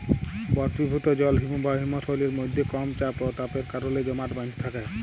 বরফিভুত জল হিমবাহ হিমশৈলের মইধ্যে কম চাপ অ তাপের কারলে জমাট বাঁইধ্যে থ্যাকে